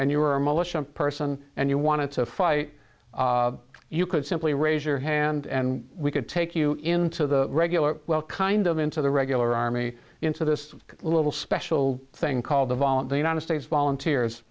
and you were a militia person and you wanted to fight you could simply raise your hand and we could take you into the regular well kind of into the regular army into this little special thing called the volunteer united states volunteers